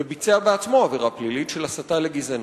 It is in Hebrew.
וביצע בעצמו עבירה פלילית של הסתה לגזענות.